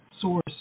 source